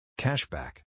Cashback